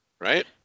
right